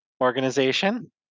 organization